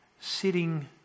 sitting